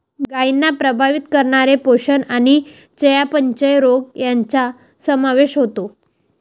गायींना प्रभावित करणारे पोषण आणि चयापचय रोग यांचा समावेश होतो